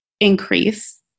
increase